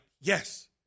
yes